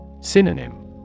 Synonym